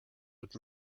would